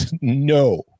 No